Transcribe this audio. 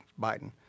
Biden